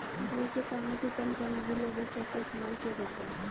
बहुत से कामों की तन्ख्वाह में भी लेबर चेक का इस्तेमाल किया जाता है